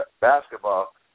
basketball